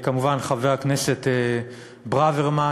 כמובן חבר הכנסת ברוורמן.